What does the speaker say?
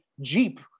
jeep